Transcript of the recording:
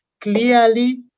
clearly